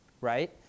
right